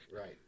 Right